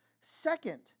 Second